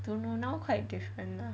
don't know now quite different